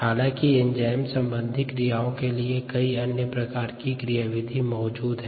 हालांकि एंजाइम संबंधी क्रियाओं के लिए कई अन्य प्रकार की क्रियाविधि मौजूद हैं